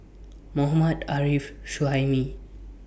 Mohammad Arif Suhaimi